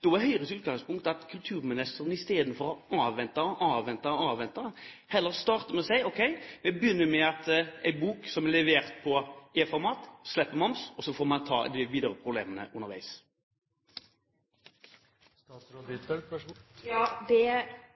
Da er Høyres utgangspunkt at kulturministeren i stedet for å avvente og avvente og avvente, heller starter med å si: Ok, vi begynner med at en bok som er levert på e-format, slipper moms, og så får vi ta de videre problemene underveis.